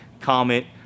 comment